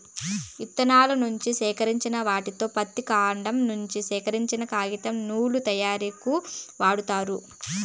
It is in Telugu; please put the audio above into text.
ఇత్తనాల నుంచి సేకరించిన వాటిలో పత్తి, కాండం నుంచి సేకరించినవి కాగితం, నూలు తయారీకు వాడతారు